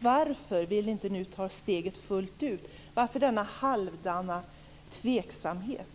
Varför vill ni inte nu ta steget fullt ut? Varför denna halvdana tveksamhet?